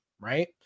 right